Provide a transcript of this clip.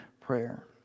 prayer